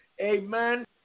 Amen